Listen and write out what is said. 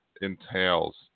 entails